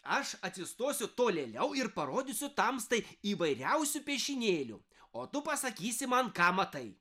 aš atsistosiu tolėliau ir parodysiu tamstai įvairiausių piešinėlių o tu pasakysi man ką matai